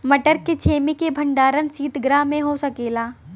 मटर के छेमी के भंडारन सितगृह में हो सकेला?